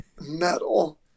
metal